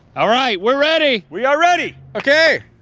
all right, we're ready. we are ready okay,